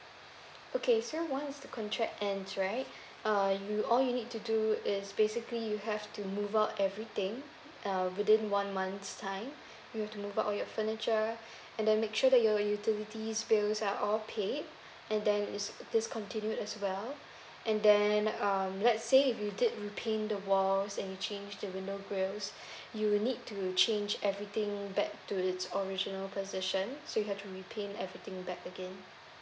okay so once the contract ends right uh you all you need to do is basically you have to move out everything uh within one month's time you have to move out all your furniture and then make sure that your utilities bills are all paid and then is discontinued as well and then um let's say if you did repaint the walls and you change the window grills you'll need to change everything back to its original position so you have to repaint everything back again